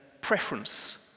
preference